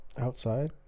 outside